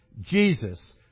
Jesus